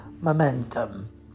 momentum